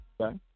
Okay